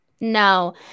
No